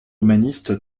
humaniste